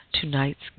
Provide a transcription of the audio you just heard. tonight's